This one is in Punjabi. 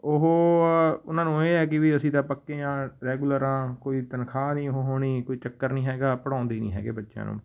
ਉਹ ਉਹਨਾਂ ਨੂੰ ਇਹ ਹੈ ਕਿ ਵੀ ਅਸੀਂ ਤਾਂ ਪੱਕੇ ਹਾਂ ਰੈਗੂਲਰ ਹਾਂ ਕੋਈ ਤਨਖਾਹ ਨਹੀਂ ਉਹ ਹੋਣੀ ਕੋਈ ਚੱਕਰ ਨਹੀਂ ਹੈਗਾ ਪੜ੍ਹਾਉਂਦੇ ਨਹੀਂ ਹੈਗੇ ਬੱਚਿਆਂ ਨੂੰ